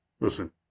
Listen